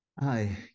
Hi